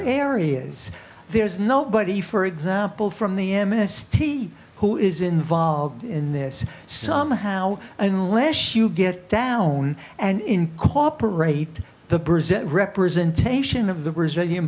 areas there's nobody for example from the mst who is involved in this somehow unless you get down and incorporate the present representation of the